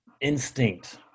instinct